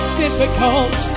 difficult